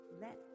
let